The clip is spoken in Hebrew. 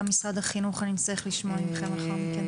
גם משרד החינוך, נצטרך לשמוע מכם לאחר מכן.